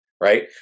right